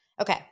Okay